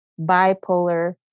bipolar